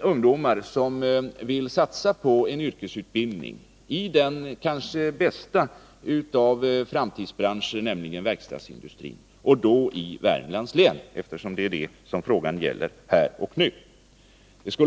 ungdomar att satsa på en yrkesutbildning i den kanske bästa av framtidsbranscher, verkstadsindustrin, i Värmlands län, som debatten här och nu gäller.